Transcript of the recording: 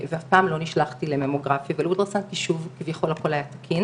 פלח ולהוציא ממנו נתונים ולהמליץ לכל אישה בהתאם